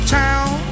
town